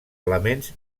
elements